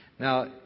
Now